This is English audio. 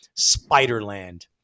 Spiderland